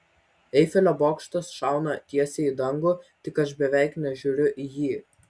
eifelio bokštas šauna tiesiai į dangų tik aš beveik nežiūriu į jį